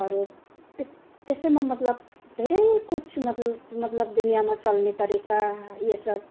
अरू त्यस त्यसैमा मतलब धेरै कुछ मतलब दुनियाँमा चल्ने तरिका यो सब